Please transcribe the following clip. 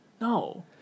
No